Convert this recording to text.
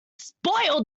spoil